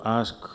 ask